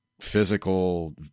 physical